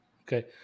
Okay